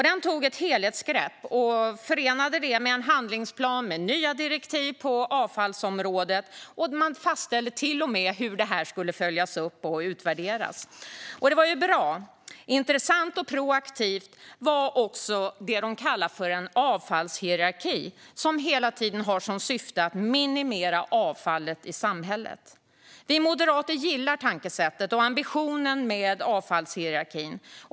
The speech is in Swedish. Den tog ett helhetsgrepp och förenade det med en handlingsplan med nya direktiv på avfallsområdet. Man fastställde till och med hur det skulle följas upp och utvärderas. Det var bra. Intressant och proaktivt var också vad de kallade för en avfallshierarki. Den har hela tiden som syfte att minimera avfallet i samhället. Vi moderater gillar tankesättet och ambitionen med avfallshierarkin.